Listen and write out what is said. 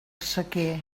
sequer